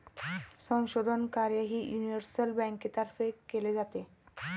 संशोधन कार्यही युनिव्हर्सल बँकेतर्फे केले जाते